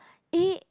A